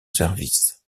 service